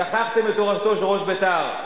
שכחתם את תורתו של ראש בית"ר.